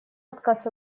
отказ